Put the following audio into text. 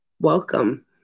Welcome